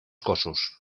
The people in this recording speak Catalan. cossos